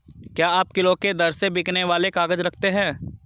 क्या आप किलो के दर से बिकने वाले काग़ज़ रखते हैं?